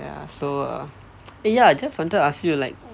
ya so uh eh ya I just wanted to ask you like